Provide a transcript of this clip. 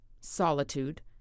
solitude